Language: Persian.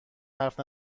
حرف